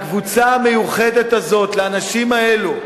לקבוצה המיוחדת הזאת, לאנשים האלה,